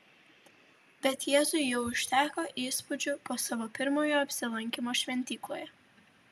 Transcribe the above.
bet jėzui jau užteko įspūdžių po savo pirmojo apsilankymo šventykloje